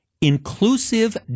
Inclusive